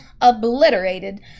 obliterated